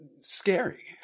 Scary